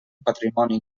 patrimoni